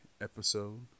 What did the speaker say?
episode